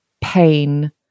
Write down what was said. pain